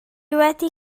wedi